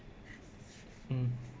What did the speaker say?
mm